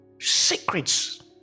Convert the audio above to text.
secrets